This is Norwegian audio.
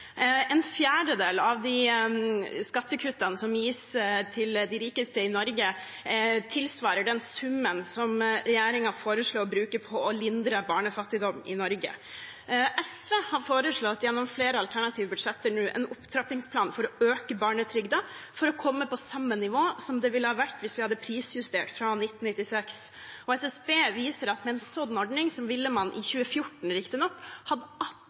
En fjerdedel av de skattekuttene som gis til de rikeste i Norge, tilsvarer den summen som regjeringen foreslo å bruke på å lindre barnefattigdom i Norge. SV har foreslått gjennom flere alternative budsjetter nå en opptrappingsplan for å øke barnetrygden, for å komme på samme nivå som den ville ha vært hvis vi hadde prisjustert fra 1996. SSB viser at med en sånn ordning ville man – i 2014, riktignok, antakeligvis er tallet høyere i dag – hatt